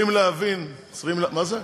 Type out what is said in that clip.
מה זה?